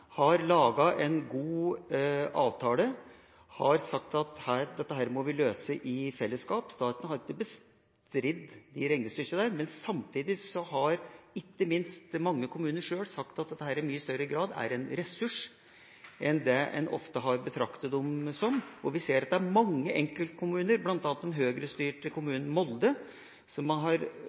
har laget en god avtale og sagt at dette må vi løse i fellesskap. Staten har ikke bestridd disse regnestykkene. Samtidig har ikke minst mange kommuner sjøl sagt at disse i mye større grad er en ressurs enn det en ofte har betraktet dem som. Vi ser at det er mange enkeltkommuner, bl.a. den Høyre-styrte kommunen Molde, som har